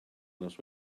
nos